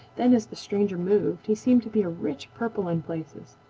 then, as the stranger moved, he seemed to be a rich purple in places.